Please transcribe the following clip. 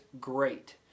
great